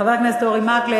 חבר הכנסת אורי מקלב,